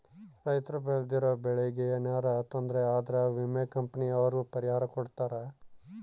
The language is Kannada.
ರೈತರು ಬೆಳ್ದಿರೋ ಬೆಳೆ ಗೆ ಯೆನರ ತೊಂದರೆ ಆದ್ರ ವಿಮೆ ಕಂಪನಿ ಅವ್ರು ಪರಿಹಾರ ಕೊಡ್ತಾರ